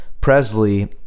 Presley